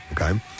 Okay